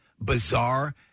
bizarre